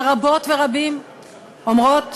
שרבות ורבים אומרות,